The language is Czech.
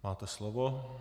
Máte slovo.